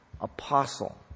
apostle